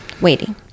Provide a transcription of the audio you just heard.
Waiting